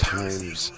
times